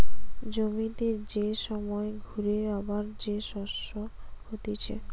জমিতে যে সময় ঘুরে আবার যে শস্য হতিছে